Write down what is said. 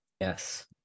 Yes